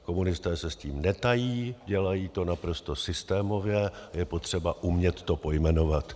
Komunisté se s tím netají, dělají to naprosto systémově a je potřeba to umět pojmenovat.